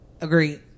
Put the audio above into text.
Agreed